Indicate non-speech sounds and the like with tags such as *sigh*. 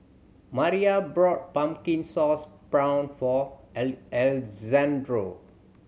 Miriah brought pumpkin sauce prawn for *unintelligible* Alejandro